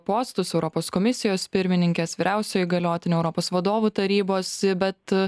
postus europos komisijos pirmininkės vyriausio įgaliotinio europos vadovų tarybos bet